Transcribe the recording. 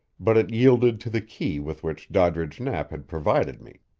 but it yielded to the key with which doddridge knapp had provided me.